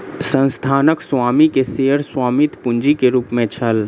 संस्थानक स्वामी के शेयर स्वामित्व पूंजी के रूप में छल